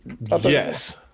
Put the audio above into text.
Yes